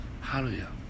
Hallelujah